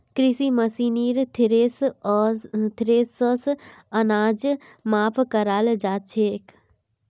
कृषि मशीनरीत थ्रेसर स अनाज साफ कराल जाछेक